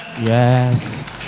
Yes